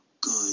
good